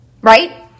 right